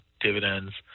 dividends